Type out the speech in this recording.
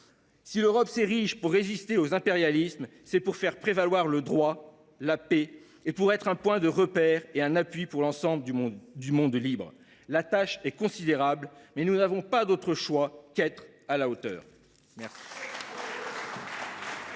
Si l’Europe s’érige pour résister aux impérialismes, c’est pour faire prévaloir le droit et la paix, et pour être un point de repère et un appui pour l’ensemble du monde libre. La tâche est considérable, mais nous n’avons pas d’autre choix que de nous montrer